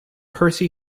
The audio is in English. percy